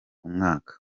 umwaka